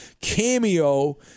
Cameo